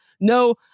No